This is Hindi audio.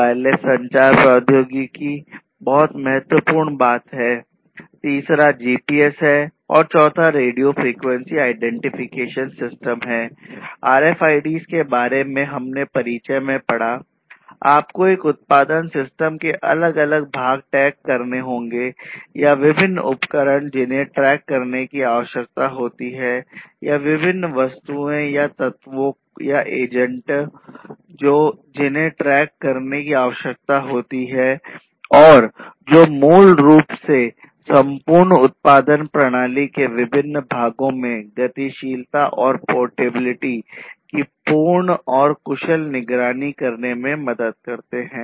वायरलेस संचार प्रौद्योगिकी बहुत महत्वपूर्ण बात है तीसरा जीपीएस करने की आवश्यकता होती है और जो मूल रूप से संपूर्ण उत्पादन प्रणाली के विभिन्न भागों में गतिशीलता और पोर्टेबिलिटी की पूर्ण और कुशल निगरानी करने में मदद करते हैं